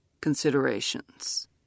considerations